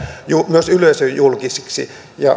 myös yleisöjulkisiksi